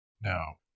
Now